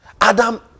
Adam